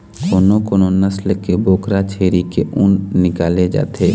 कोनो कोनो नसल के बोकरा छेरी के ऊन निकाले जाथे